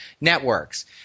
networks